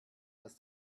als